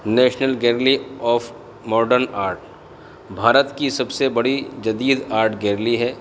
national gallery of modern art Bharat کی سب سے بڑی جدید آرٹ گیرلی ہے